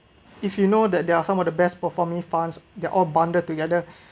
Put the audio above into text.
if you know that they are some of the best performing funds they're all bundled together